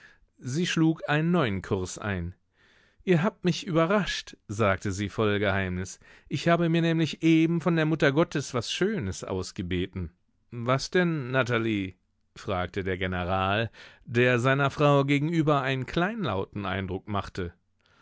sie schlug einen neuen kurs ein ihr habt mich überrascht sagte sie voll geheimnis ich habe mir nämlich eben von der muttergottes was schönes ausgebeten was denn natalie fragte der general der seiner frau gegenüber einen kleinlauten eindruck machte